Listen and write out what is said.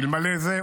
אלמלא זה,